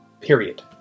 period